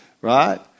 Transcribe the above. Right